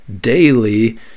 daily